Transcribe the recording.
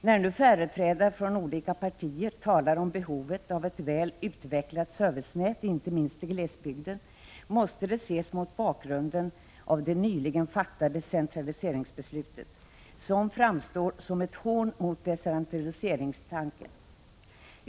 När nu företrädare för olika partier talar om behovet av ett väl utvecklat servicenät — inte minst i glesbygden — måste det ses mot bakgrunden av det nyligen fattade centraliseringsbeslutet, som framstår som ett hån mot decentraliseringstanken.